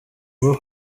bwo